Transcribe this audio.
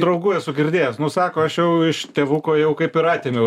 draugų esu girdėjęs nu sako aš jau iš tėvuko jau kaip ir atėmiau